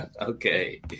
Okay